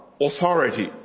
authority